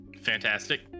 Fantastic